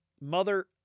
mother